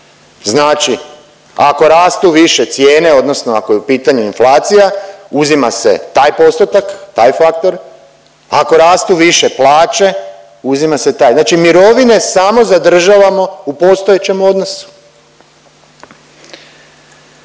Znači ako rastu više cijene, odnosno ako je u pitanju inflacija, uzima se taj postotak, taj faktor, ako rastu više plaće, uzima se taj, znači mirovine samo zadržavamo u postojećem odnosu.